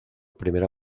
primera